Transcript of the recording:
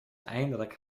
eindelijk